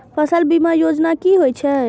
फसल बीमा योजना कि होए छै?